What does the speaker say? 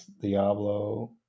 Diablo